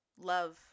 love